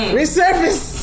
resurface